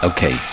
Okay